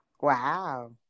wow